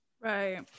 right